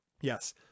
Yes